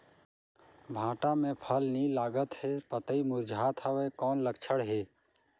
भांटा मे फल नी लागत हे पतई मुरझात हवय कौन लक्षण हे?